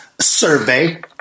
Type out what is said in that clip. survey